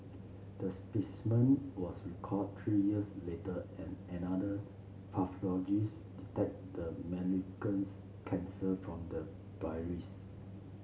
the specimen was recalled three years later and another pathologist detected the malignants cancer from the